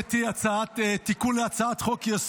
בעד ההצעה להסיר מסדר-היום את הצעת החוק,